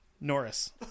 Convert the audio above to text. Norris